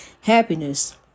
Happiness